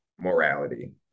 morality